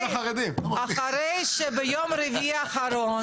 אחרי שביום רביעי האחרון,